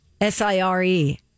S-I-R-E